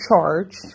charged